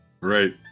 Right